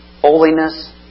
holiness